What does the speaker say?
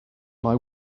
mae